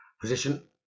position